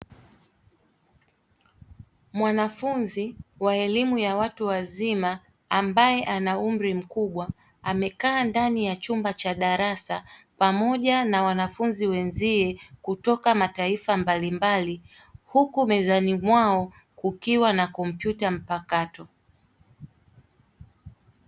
Mwanafunzi wa elimu ya watu wazima ambae ana umri mkubwa amekaa ndani ya chumba cha darasa pamoja na wanafunzi wenzie kutoka mataifa mbalimbali, huku mezani mwao kukiwa na kompyuta mpakato.